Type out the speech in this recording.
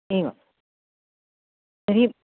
एवं तर्हि